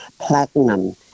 platinum